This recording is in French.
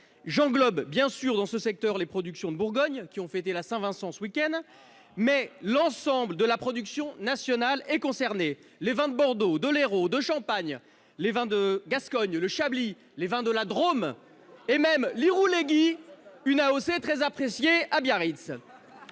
J'englobe bien évidemment dans ce secteur les productions de Bourgogne, où l'on a fêté la Saint-Vincent ce week-end, mais c'est bien l'ensemble de la production nationale qui est concerné : les vins de Bordeaux, de l'Hérault, de Champagne, les vins de Gascogne, le chablis, les vins de la Drôme et même l'irouléguy, une AOC très appréciée à Biarritz